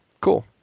Cool